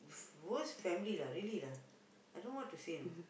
worst family lah really lah I don't know what to say you know